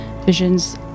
visions